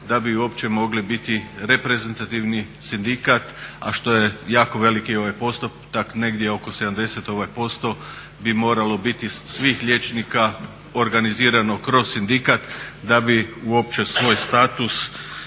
da bi uopće mogli biti reprezentativni sindikat, a što je jako veliki postotak negdje oko 70% bi moralo biti svih liječnika organizirano kroz sindikat da bi uopće svoj status